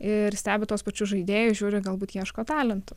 ir stebi tuos pačius žaidėjus žiūri galbūt ieško talentų